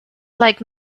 like